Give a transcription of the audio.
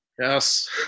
Yes